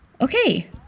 Okay